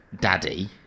Daddy